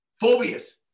phobias